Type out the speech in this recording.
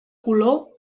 color